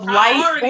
life